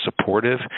supportive